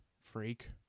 freak